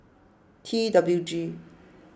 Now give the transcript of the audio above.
T W G